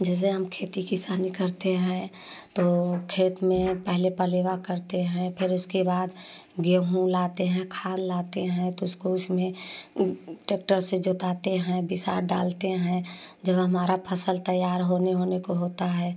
जैसे हम खेती किसानी करते हैं तो खेत में पहले पलेवा करते हैं फिर उसके बाद गेहूं लाते हैं खाद लाते हैं तो उसको उसमें ट्रैक्टर से जोताते हैं विसाध डालते हैं जब हमारा फसल तैयार होने होने को होता है